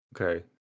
Okay